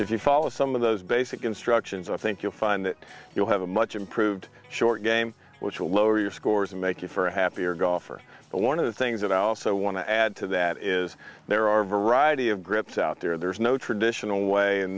if you follow some of those basic instructions i think you'll find that you'll have a much improved short game which will lower your scores and make you for a happier golfer one of the things that i also want to add to that is there are a variety of grips out there there's no traditional way and